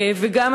וגם,